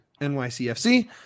NYCFC